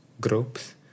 groups